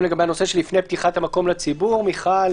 לגבי הנושא של לפני פתיחת המקום לציבור מיכל,